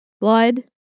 blood